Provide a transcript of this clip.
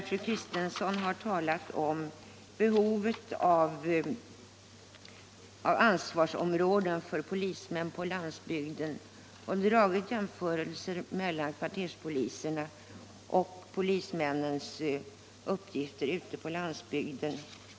Fru Kristensson talar om behovet av ansvarsområden för polismän på landsbygden och gör jämförelser mellan kvarterspolisernas uppgifter och polismännens uppgifter ute på landsbygden.